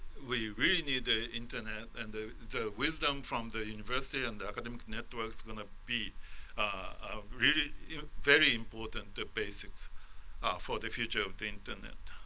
we really need the internet and the the wisdom from the university and the academic network's going to be ah really very important basics for the future of the internet.